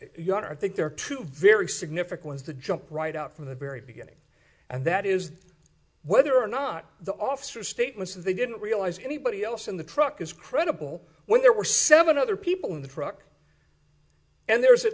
you are i think there are two very significance to jump right out from the very beginning and that is whether or not the officer statements they didn't realize anybody else in the truck is credible when there were seven other people in the truck and there is at